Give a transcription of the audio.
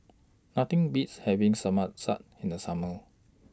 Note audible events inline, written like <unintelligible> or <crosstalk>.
Nothing Beats having <unintelligible> in The Summer